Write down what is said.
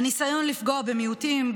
הניסיון לפגוע במיעוטים,